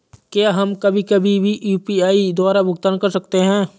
क्या हम कभी कभी भी यू.पी.आई द्वारा भुगतान कर सकते हैं?